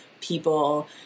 people